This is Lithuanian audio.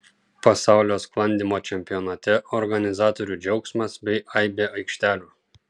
pasaulio sklandymo čempionate organizatorių džiaugsmas bei aibė aikštelių